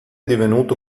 divenuto